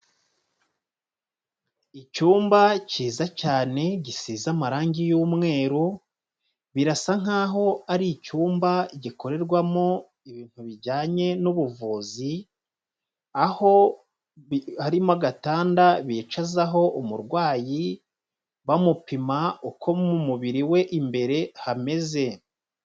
Icyumba cyiza cyane, gisize amarangi y'umweru, birasa nk'aho ari icyumba gikorerwamo ibintu bijyanye n'ubuvuzi, aho harimo agatanda bicazaho umurwayi, bamupima uko mu mubiri we imbere hameze.